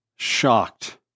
shocked